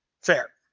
Fair